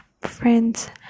friends